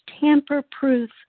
tamper-proof